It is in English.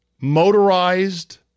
motorized